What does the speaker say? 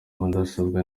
mudasobwa